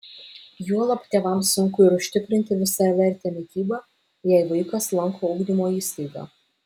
juolab tėvams sunku ir užtikrinti visavertę mitybą jei vaikas lanko ugdymo įstaigą